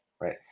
Right